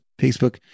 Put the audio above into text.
Facebook